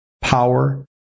power